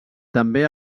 també